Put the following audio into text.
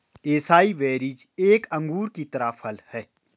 acai berries एक अंगूर की तरह फल हैं